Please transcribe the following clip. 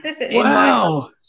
Wow